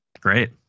Great